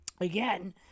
Again